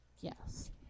Yes